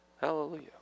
hallelujah